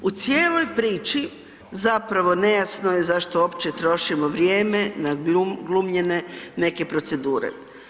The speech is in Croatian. U cijeloj priči zapravo nejasno je zašto uopće trošimo vrijeme na glumljene neke procedure.